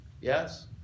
Yes